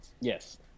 yes